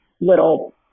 little